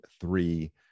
three